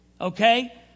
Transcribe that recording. Okay